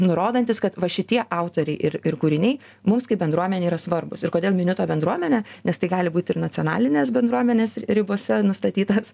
nurodantis kad va šitie autoriai ir ir kūriniai mums kaip bendruomenei yra svarbūs ir kodėl miniu tą bendruomenę nes tai gali būti ir nacionalinės bendruomenės ribose nustatytas